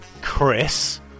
Chris